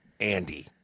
Andy